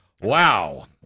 Wow